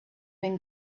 been